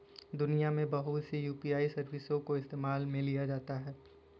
दुनिया में बहुत सी यू.पी.आई सर्विसों को इस्तेमाल में लाया जाता है